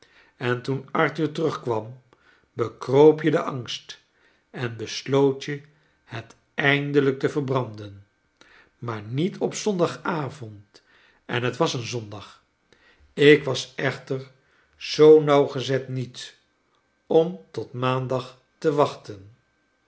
en toen arthur terugkwam bekroop je de angst en lesloot je het eindelijk te ver bran den maar niet op zondagavond en het was een zondag ik was echter zoo nauwgezet niet om tot maanda te waehten